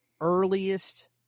earliest